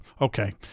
okay